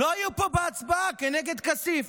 לא היו פה בהצבעה נגד כסיף.